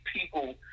people